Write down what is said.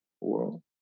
world